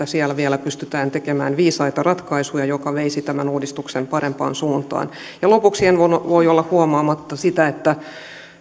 siellä vielä pystytään tekemään viisaita ratkaisuja jotka veisivät tämän uudistuksen parempaan suuntaan ja lopuksi en voi voi olla huomaamatta sitä että